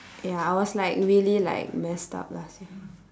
ya I was like really like messed up last year